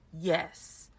yes